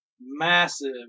massive